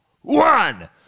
one